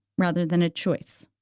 rather than a choice.